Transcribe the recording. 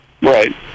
Right